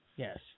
Yes